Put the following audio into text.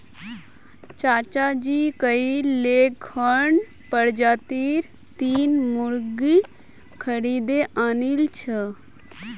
चाचाजी कइल लेगहॉर्न प्रजातीर तीन मुर्गि खरीदे आनिल छ